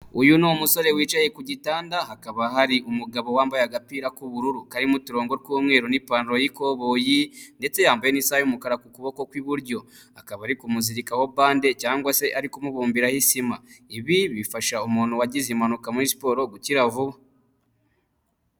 Uyu ni umusore wicaye ku gitanda hakaba hari umugabo wambaye agapira k'ubururu karimo uturongo tw'umweru n'ipantaro y'ikoboyi, ndetse yambaye n'isaha y'umukara ku kuboko ku iburyo, akaba ari kumuzirikaho bande cyangwa se ari kumubumbiraho sima, ibi bifasha umuntu wagize impanuka muri siporo gukira vuba.